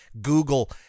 Google